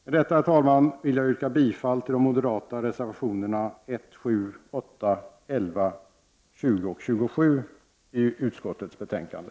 Med detta, herr talman, vill jag yrka bifall till reservationerna 1, 7, 8, 11, 20 och 27 till utskottets betänkande.